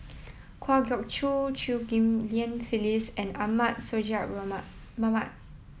Kwa Geok Choo Chew Ghim Lian Phyllis and Ahmad Sonhadji Mohamad